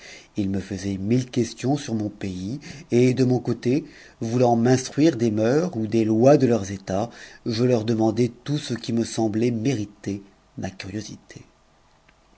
ils me faisaient mille questions sur mon pays et de mon côté voulant m'instruire des mœurs ou des lois de leurs états je leur demandais tout ce qui semblait mériter ma curiosité